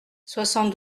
soixante